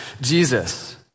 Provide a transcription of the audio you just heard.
Jesus